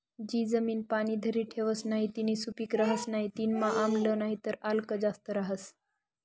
जी जमीन पाणी धरी ठेवस नही तीनी सुपीक रहस नाही तीनामा आम्ल नाहीतर आल्क जास्त रहास